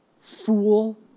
fool